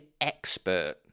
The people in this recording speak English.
expert